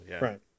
Right